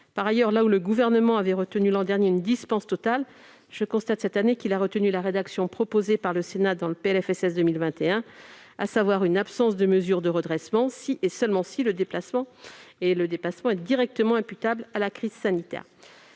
Par ailleurs, là où le Gouvernement avait retenu l'an dernier une dispense totale, je constate cette année qu'il a retenu la rédaction proposée par le Sénat dans le PLFSS 2021, à savoir une absence de mesures de redressement si, et seulement si le dépassement est directement imputable à la crise sanitaire.